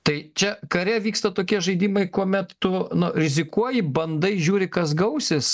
tai čia kare vyksta tokie žaidimai kuomet tu nu rizikuoji bandai žiūri kas gausis